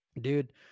Dude